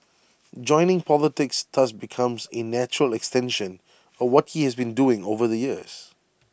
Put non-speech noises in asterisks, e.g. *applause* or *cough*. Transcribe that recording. *noise* joining politics thus becomes A natural extension of what he has been doing over the years